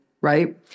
right